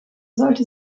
sollte